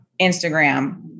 Instagram